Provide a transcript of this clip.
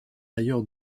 ailleurs